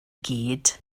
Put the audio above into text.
gyd